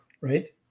right